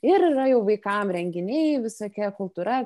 ir yra jau vaikam renginiai visokia kultūra